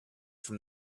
from